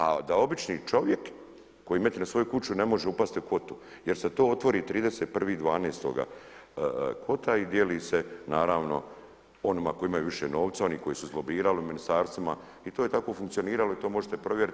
A da obični čovjek koji metne na svoju kuću ne može upasti u kvotu, jer se to otvori 31.12. kvota i dijeli se naravno onima koji imaju više novca, oni koji su izlobirali ministarstvima i to je tako funkcioniralo i to možete provjeriti.